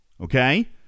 okay